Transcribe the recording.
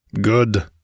Good